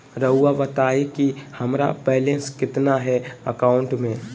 रहुआ बताएं कि हमारा बैलेंस कितना है अकाउंट में?